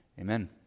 amen